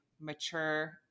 mature